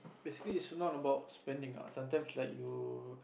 basically it's not about spending ah sometimes like you